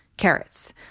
Carrots